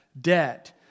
debt